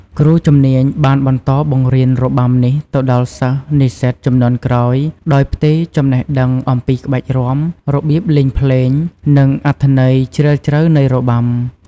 គ្រូជំនាញបានបន្តបង្រៀនរបាំនេះទៅដល់សិស្សនិស្សិតជំនាន់ក្រោយ ដោយផ្ទេរចំណេះដឹងអំពីក្បាច់រាំ របៀបលេងភ្លេង និងអត្ថន័យជ្រាលជ្រៅនៃរបាំ។